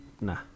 nah